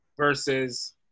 versus